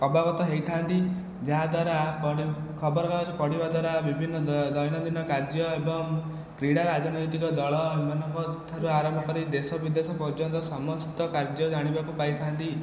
ଅବଗତ ହୋଇଥାନ୍ତି ଯାହାଦ୍ୱାରା ପଢ଼ି ଖବର କାଗଜ ପଢ଼ିବା ଦ୍ୱାରା ବିଭିନ୍ନ ଦୈନନ୍ଦିନ କାର୍ଯ୍ୟ ଏବଂ କ୍ରୀଡ଼ା ରାଜନୈତିକ ଦଳ ଏମାନଙ୍କଠାରୁ ଆରମ୍ଭ କରି ଦେଶ ବିଦେଶ ପର୍ଯ୍ୟନ୍ତ ସମସ୍ତ କାର୍ଯ୍ୟ ଜାଣିବାକୁ ପାଇଥାନ୍ତି